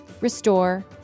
restore